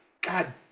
God